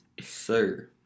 sir